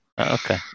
okay